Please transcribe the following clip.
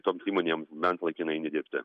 toms įmonėms bent laikinai nedirbti